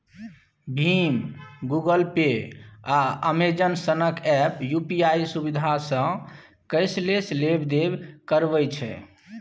भीम, Google Pay, आ Amazon सनक app UPI सुविधासँ कैशलेस लेब देब करबै छै